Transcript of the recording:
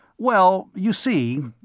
well, you see,